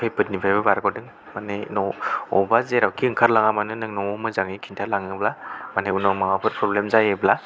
खैफोदनिफ्रायबो बारग'दों माने न' बबेयावबा जेरावखि ओंखारलाङा मानो नों न'आव मोजाङै खिन्था लाङोबा माने उनाव माबाफोर प्रब्लेम जायोब्ला